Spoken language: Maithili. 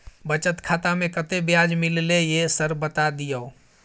बचत खाता में कत्ते ब्याज मिलले ये सर बता दियो?